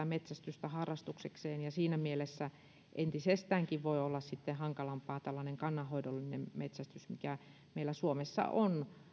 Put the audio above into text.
metsästystä harrastuksekseen ja siinä mielessä voi olla entisestäänkin hankalampaa tällainen kannanhoidollinen metsästys mikä meillä suomessa on